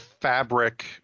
fabric